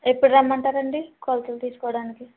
ఎప్పుడు రమ్మంటారు అండి కొలతలు తీసుకోవడానికి